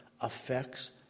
affects